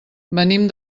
venim